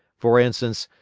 for instance,